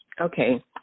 okay